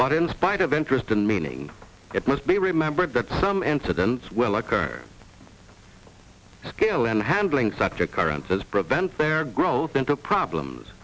but in spite of interest and meaning it must be remembered that some incidents will occur skill in handling such occurrence as prevents their growth into problems